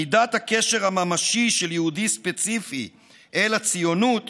מידת הקשר הממשי של יהודי ספציפי אל הציונות